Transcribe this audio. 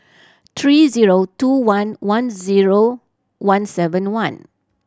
three zero two one one zero one seven one